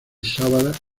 sabanas